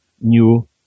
new